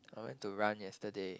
I went to run yesterday